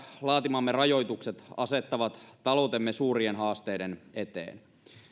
laatimamme rajoitukset asettavat taloutemme suurien haasteiden eteen